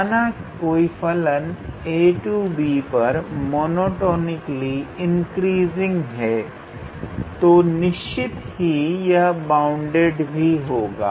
माना कि कोई फलन ab पर मोनोटोनिकली इंक्रीजिंग है तो निश्चित ही यह बाउंडेड भी होगा